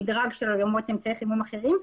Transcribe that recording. המִדרג של קמין לעומת אמצעי חימום אחרים,